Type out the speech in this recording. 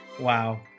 Wow